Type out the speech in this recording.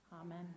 Amen